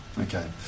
Okay